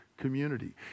community